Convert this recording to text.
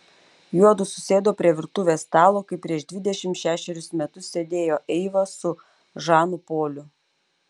juodu susėdo prie virtuvės stalo kaip prieš dvidešimt šešerius metus sėdėjo eiva su žanu poliu